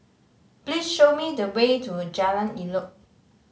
please show me the way to Jalan Elok